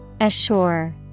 Assure